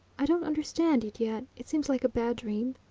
i don't understand it yet it seems like a bad dream,